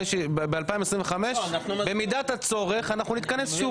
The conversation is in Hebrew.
ב- 2025 במידת הצורך אנחנו נתכנס שוב.